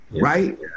right